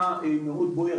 האוכלוסייה, מאוד בוער.